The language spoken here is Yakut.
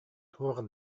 туох